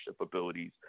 abilities